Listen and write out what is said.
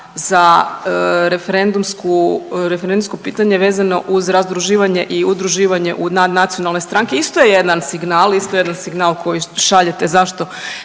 za referendumsko pitanje vezano uz razdrživanje i udruživanje u nadnacionalnoj stranki, isto je jedan signal, isto jedan signal koji šaljete zašto